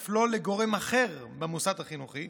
אף לשום גורם אחר במוסד החינוכי,